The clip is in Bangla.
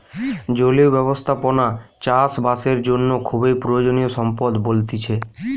জলীয় ব্যবস্থাপনা চাষ বাসের জন্য খুবই প্রয়োজনীয় সম্পদ বলতিছে